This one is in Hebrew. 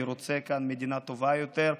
אני רוצה כאן מדינה טובה יותר.